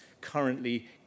currently